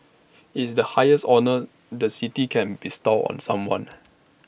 it's the highest honour the city can bestow on someone